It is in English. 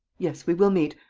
yes, we will meet.